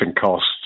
costs